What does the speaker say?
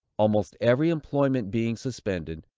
almost every employment being suspended,